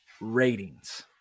ratings